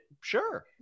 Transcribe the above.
Sure